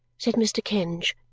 said mr. kenge.